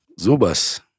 Zubas